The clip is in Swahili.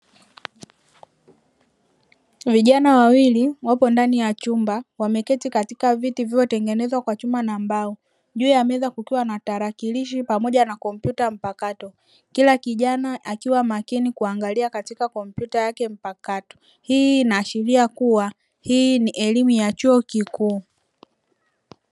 Vijana wawili wapo ndani ya chumba wameketi juu ya viti vilivyotengenezwa kwa chuma na mbao, juu ya meza kukiwa na tarakilishi pamoja na kompyuta mpakato kila kijana akiwa makini kuangalia katika kompyuta mpakato, hii inaashiria kuwa ni elimu ya chuo kikuu.